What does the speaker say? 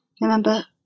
remember